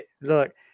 Look